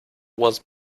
was